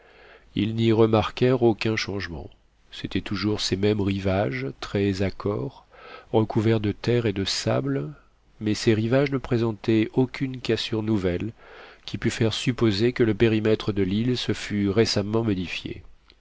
ils n'y remarquèrent aucun changement c'étaient toujours ces mêmes rivages très accores recouverts de terre et de sable mais ces rivages ne présentaient aucune cassure nouvelle qui pût faire supposer que le périmètre de l'île se fût récemment modifié